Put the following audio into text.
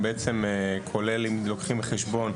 כולל אם לוקחים בחשבון,